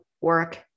work